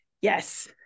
Yes